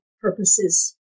purposes